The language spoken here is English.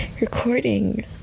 recording